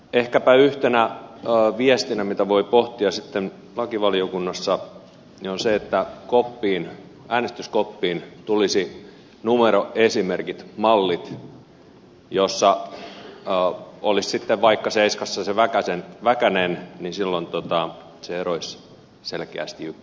ehkäpä yhtenä viestinä mitä voi pohtia sitten lakivaliokunnassa on se että äänestyskoppiin tulisivat numeroesimerkit mallit joissa olisi sitten vaikka seiskassa se väkänen niin silloin se eroaisi selkeästi ykkösestä